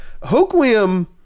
hoquiam